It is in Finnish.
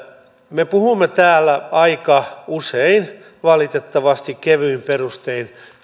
me puhumme täällä aika usein kevyin perustein